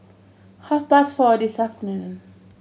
half past four this afternoon